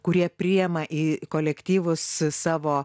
kurie priima į kolektyvus savo